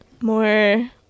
more